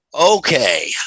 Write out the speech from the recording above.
Okay